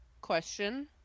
Question